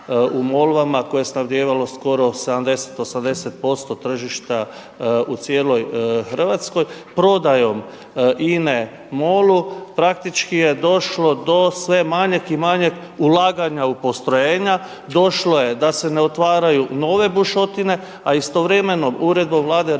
u Molvama koje je snabdijevalo skoro 70,80% tržišta u cijeloj Hrvatskoj. Prodajom INA-e MOL-u praktički je došlo do sve manjeg i manjeg ulaganja u postrojenja, došlo je da se ne otvaraju nove bušotine, a istovremeno uredbom Vlade RH